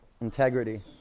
integrity